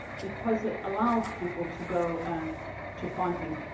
because it allows people to go and to find things.